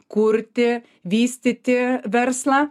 kurti vystyti verslą